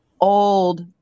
old